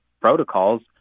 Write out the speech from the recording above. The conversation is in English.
protocols